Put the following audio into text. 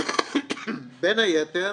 בין היתר